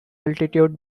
altitude